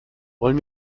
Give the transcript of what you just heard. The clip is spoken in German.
wollen